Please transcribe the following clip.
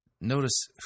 Notice